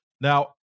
Now